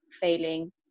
failing